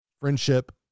friendship